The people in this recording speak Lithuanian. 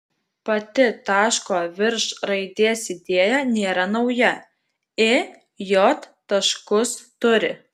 pati taško virš raidės idėja nėra nauja i j taškus turi